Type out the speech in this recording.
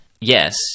Yes